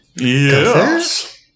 Yes